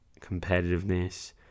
competitiveness